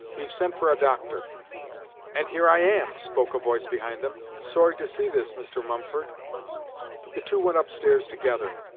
we've sent for a doctor and here i am spoke a voice behind them. sorry to see this, mr. mumford the two went upstairs together,